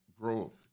growth